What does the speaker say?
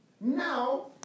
Now